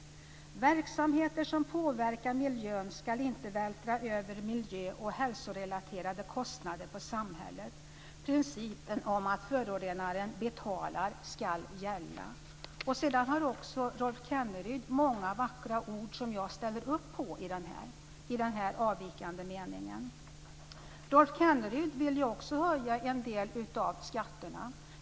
Där framgår att verksamheter som påverkar miljön inte ska vältra över miljö och hälsorelaterade kostnader på samhället. Principen om att förorenaren betalar ska gälla. Sedan har Rolf Kenneryd framfört många vackra ord i den avvikande meningen som jag ställer upp på. Rolf Kenneryd vill ju också höja en del av skatterna.